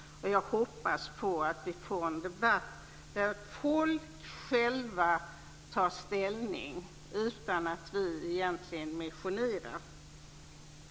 Jag hoppas att vi får en debatt där folk tar ställning utan att vi egentligen missionerar.